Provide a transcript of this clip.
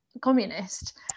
communist